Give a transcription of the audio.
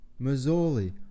Mazzoli